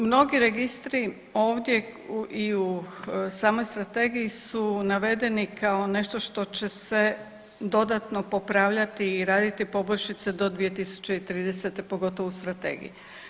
Mnogi registri ovdje i u samoj strategiji su navedeni kao nešto što će se dodatno popravljati i raditi poboljšice do 2030. pogotovo u strategiji.